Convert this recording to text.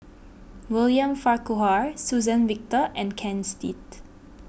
William Farquhar Suzann Victor and Ken Seet